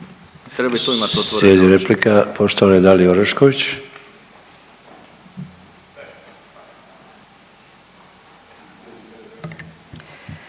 Slijedi replika poštovane Dalije Orešković.